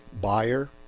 buyer